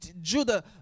Judah